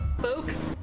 Folks